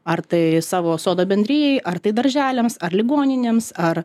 ar tai savo sodo bendrijai ar tai darželiams ar ligoninėms ar